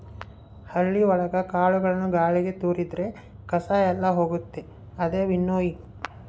ಹಳ್ಳಿ ಒಳಗ ಕಾಳುಗಳನ್ನು ಗಾಳಿಗೆ ತೋರಿದ್ರೆ ಕಸ ಎಲ್ಲ ಹೋಗುತ್ತೆ ಅದೇ ವಿನ್ನೋಯಿಂಗ್